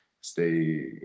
stay